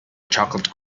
chocolate